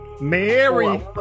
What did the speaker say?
Mary